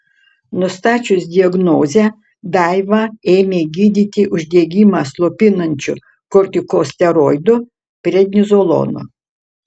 nustačius diagnozę daivą ėmė gydyti uždegimą slopinančiu kortikosteroidu prednizolonu